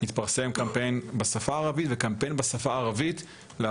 יתפרסם קמפיין בשפה הערבית וקמפיין בשפה